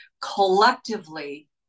collectively